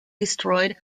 destroyed